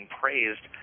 praised